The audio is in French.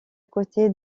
côté